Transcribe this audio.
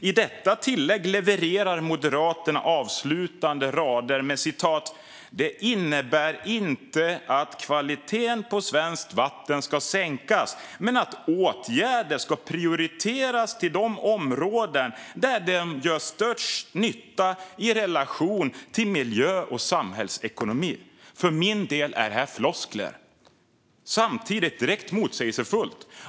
I detta tillägg levererar Moderaterna följande avslutande rader: "Det innebär inte att kvaliteten på svenskt vatten ska sänkas men att åtgärder ska prioriteras till de områden där de gör störst nytta i relation till miljö och samhällsekonomi." För min del är detta floskler! De är samtidigt direkt motsägelsefulla.